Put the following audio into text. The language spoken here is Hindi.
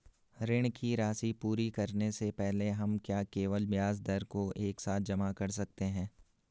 ऋण की राशि पूरी करने से पहले हम क्या केवल ब्याज दर को एक साथ जमा कर सकते हैं?